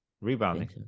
Rebounding